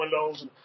windows